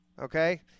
okay